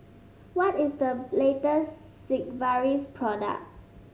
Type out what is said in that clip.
what is the latest Sigvaris product